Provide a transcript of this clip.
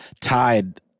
tied